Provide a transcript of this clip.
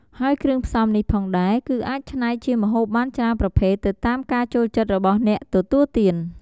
ហើយគ្រឿងផ្សំនេះផងដែរគឺអាចឆ្នៃជាម្ហូបបានច្រើនប្រភេទទៅតាមការចូលចិត្តរបស់អ្នកទទួលទាន។